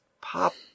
pop